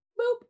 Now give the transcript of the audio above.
boop